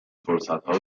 فرصتها